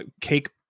cake